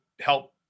help